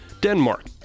Denmark